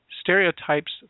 stereotypes